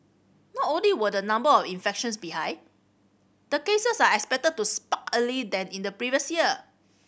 not only will the number of infections be high the cases are expected to spike earlier than in the previous years